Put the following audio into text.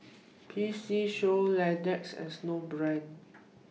P C Show Lexus and Snowbrand